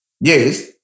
Yes